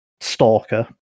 stalker